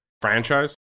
franchise